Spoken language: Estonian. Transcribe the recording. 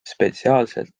spetsiaalselt